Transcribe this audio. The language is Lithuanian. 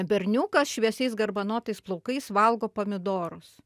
berniukas šviesiais garbanotais plaukais valgo pomidorus